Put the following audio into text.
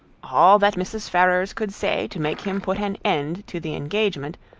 all that mrs. ferrars could say to make him put an end to the engagement,